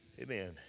Amen